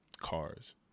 cars